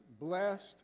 blessed